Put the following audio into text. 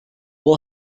will